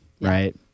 right